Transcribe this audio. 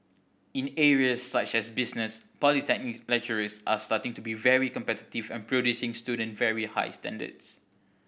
in areas such as business polytechnic lecturers are starting to be very competitive and producing student very high standards